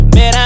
Man